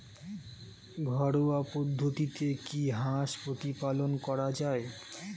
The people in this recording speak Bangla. ঘরোয়া পদ্ধতিতে কি হাঁস প্রতিপালন করা যায়?